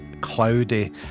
cloudy